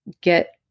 get